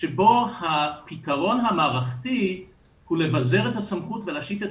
שבו הפתרון המערכתי הוא לבזר את הסמכות ולהשית את